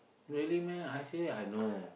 really meh I say I know